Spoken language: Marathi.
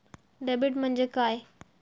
डेबिट म्हणजे काय?